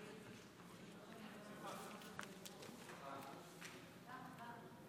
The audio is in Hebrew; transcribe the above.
צוהריים